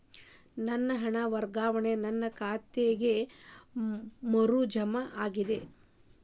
ನನ್ನ ಹಣ ವರ್ಗಾವಣೆಯು ನನ್ನ ಖಾತೆಗೆ ಮರು ಜಮಾ ಆಗಿದೆ